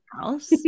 house